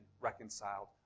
reconciled